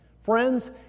Friends